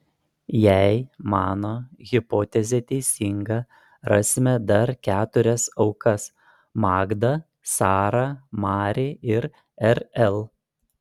jei mano hipotezė teisinga rasime dar keturias aukas magdą sarą mari ir rl